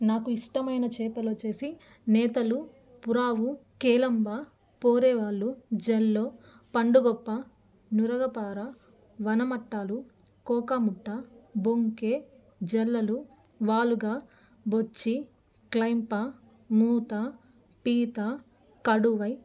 నాకు ఇష్టమైన చేపలు వచ్చి నేతలు పురావు కేలమ్మ పోరేవాళ్ళు జల్లు పండుగప్ప నురగపార వనమట్టాలు కోకాముట్టా బొంకే జల్లలు వాలుగా బొచ్చి క్లైంప మూత పీత కడువై